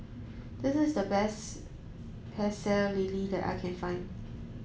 this is the best Pecel Lele that I can find